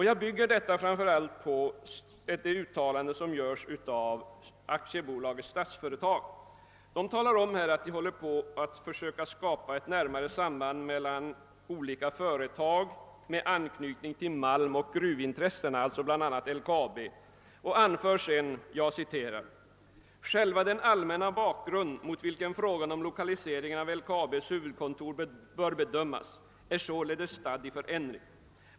Jag bygger den uppfattningen på de uttalanden som görs i yttrandet från Statsföretag AB, där man framhåller att man är sysselsatt med att försöka skapa ett närmare samband mellan olika företag med anknytning till malmoch gruvintressena, alltså bl.a. även LKAB. I Statsföretags yttrande heter det: »Själva den allmänna bakgrund mot vilken frågan om lokaliseringen av LKAB:s huvudkontor bör bedömas är således stadd i förändring.